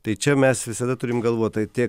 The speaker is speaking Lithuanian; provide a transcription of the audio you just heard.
tai čia mes visada turim galvot tai tie